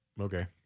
Okay